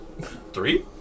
Three